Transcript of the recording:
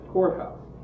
Courthouse